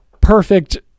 perfect